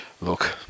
Look